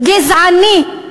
גזעני,